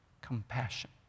compassion